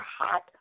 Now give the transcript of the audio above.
hot